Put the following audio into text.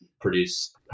produce